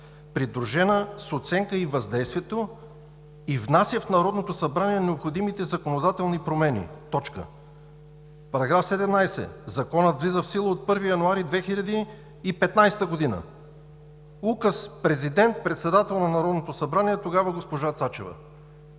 придружена с оценка на въздействието, и внася в Народното събрание необходимите законодателни промени.“ „§ 17: Законът влиза в сила от 1 януари 2015 г.“ Указ, президент, председател на Народното събрание – тогава госпожа Цачева.